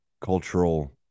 cultural